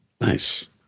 Nice